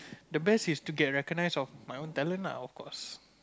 the best is to get recognised of my own talent lah of course